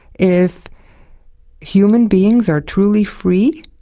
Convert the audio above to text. if human beings are truly free,